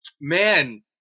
Man